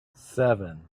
seven